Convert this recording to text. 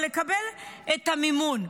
ולקבל את המימון.